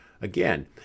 again